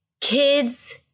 kids